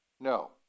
no